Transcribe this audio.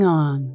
on